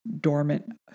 dormant